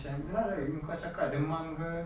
yang macam kau cakap demam ke